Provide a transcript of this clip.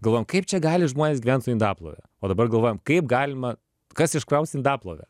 galvojom kaip čia gali žmonės gyvent su indaplove o dabar galvojam kaip galima kas iškraus indaplovę